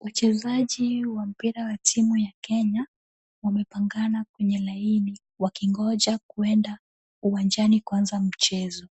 Wachezaji wa mpira wa timu ya Kenya wamepangana kwenye laini wakingoja kuenda uwanjani kuanza mchezo,